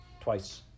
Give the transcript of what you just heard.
twice